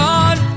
on